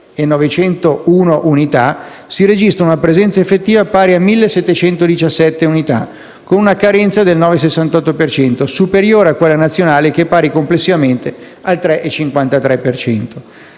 1.901 unità si registra una presenza effettiva pari a 1.717 unità con una carenza del 9,68 per cento superiore a quella nazionale che è pari, complessivamente, al 3,53